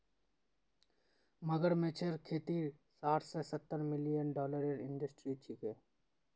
मगरमच्छेर खेती साठ स सत्तर मिलियन डॉलरेर इंडस्ट्री छिके